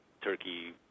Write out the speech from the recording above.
turkey